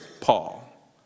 Paul